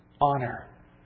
honor